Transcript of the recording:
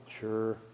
Sure